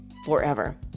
forever